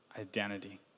Identity